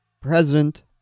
Present